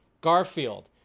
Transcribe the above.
Garfield